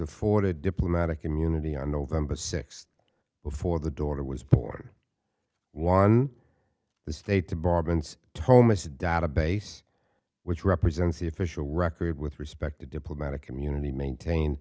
afforded diplomatic immunity on november sixth before the daughter was born one the state bar bands tomas database which represents the official record with respect to diplomatic immunity maintained